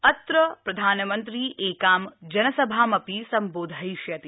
अत्र प्रधानमन्त्री एकां जनसभा अपि सम्बोधविष्यति